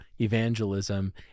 evangelism